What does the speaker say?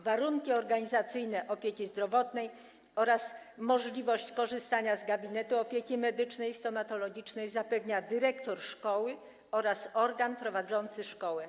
Warunki organizacyjne opieki zdrowotnej oraz możliwość korzystania z gabinetu opieki medycznej i stomatologicznej zapewniają dyrektor szkoły oraz organ prowadzący szkołę.